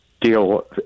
deal